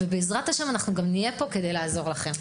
ובעזרת השם, נהיה פה גם כדי לעזור לכם.